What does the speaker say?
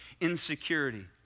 insecurity